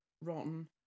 rotten